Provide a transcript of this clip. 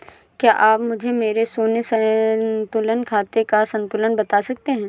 क्या आप मुझे मेरे शून्य संतुलन खाते का संतुलन बता सकते हैं?